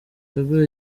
yaguwe